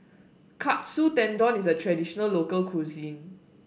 Katsu Tendon is a traditional local cuisine